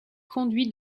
conduit